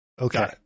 okay